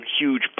huge